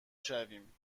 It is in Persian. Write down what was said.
شویم